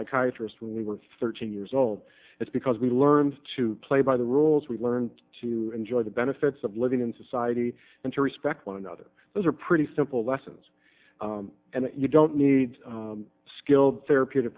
psychiatry when we were thirteen years old it's because we learned to play by the rules we learn to enjoy the benefits of living in society and to respect one another those are pretty simple lessons and you don't need skilled therapeutic